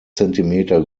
zentimeter